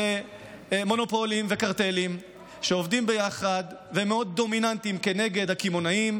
זה מונופולים וקרטלים שעובדים ביחד והם מאוד דומיננטיים כנגד הקמעונאים,